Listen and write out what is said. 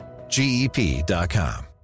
GEP.com